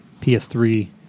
PS3